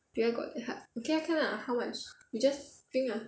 beer got hard okay lah can lah how much we just drink lah